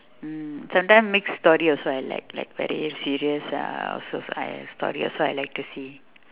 mm sometime mix story also I like like very serious ah also so this story I also like to see